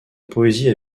poésie